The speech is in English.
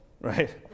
right